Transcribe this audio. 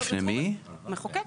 בפניכם.